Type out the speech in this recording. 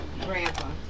Grandpa